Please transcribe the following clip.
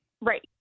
Right